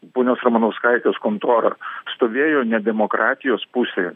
ponios ramanauskaitės kontora stovėjo ne demokratijos pusėj